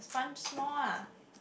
the sponge small ah